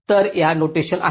तर या नोटेशन आहेत